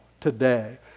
today